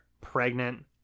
pregnant